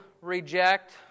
reject